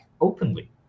openly